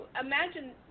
imagine